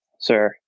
sir